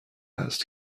است